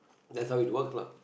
that's how it works lah